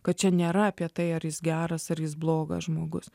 kad čia nėra apie tai ar jis geras ar jis blogas žmogus